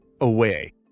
away